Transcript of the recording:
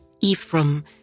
Ephraim